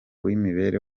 w’imbere